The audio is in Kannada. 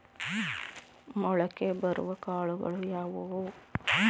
ಮೊಳಕೆ ಬರುವ ಕಾಳುಗಳು ಯಾವುವು?